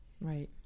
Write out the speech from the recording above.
right